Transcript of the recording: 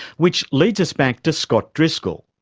which leads us back to scott driscoll.